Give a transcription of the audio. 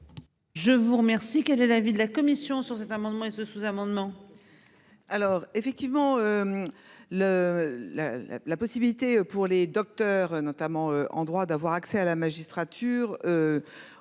Je vous remercie. Elle est l'avis de la commission sur cet amendement et ce sous-amendement.